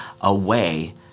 away